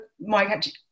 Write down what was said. Mike